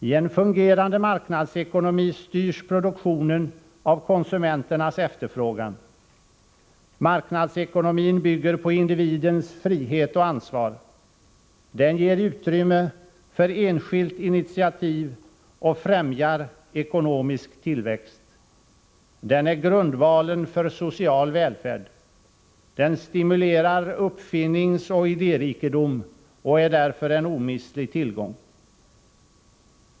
I en fungerande marknadsekonomi styrs produktionen av konsumenternas efterfrågan. Marknadsekonomin bygger på individens frihet och ansvar. Den ger utrymme för enskilt initiativ och främjar ekonomisk tillväxt. Den är grundvalen för social välfärd. Den stimulerar uppfinningsoch idérikedom och är därför en omistlig tillgång.